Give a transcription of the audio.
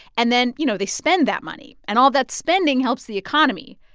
and then, you know, they spend that money. and all that spending helps the economy.